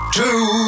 two